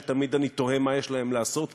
שתמיד אני תוהה מה יש להם לעשות פה?